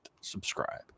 subscribe